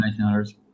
1900s